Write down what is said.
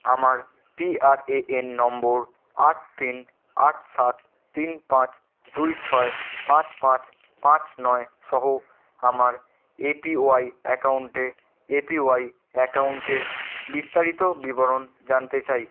আমার পিআরএএন নম্বর আট তিন আট সাত তিন পাঁচ দুই ছয় পাঁচ পাঁচ পাঁচ নয় সহ আমার এপিওয়াই অ্যাকাউন্টে এপিওয়াই অ্যাকাউন্টের বিস্তারিত বিবরণ জানতে চাই